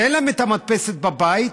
שאין להם מדפסת בבית,